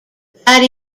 that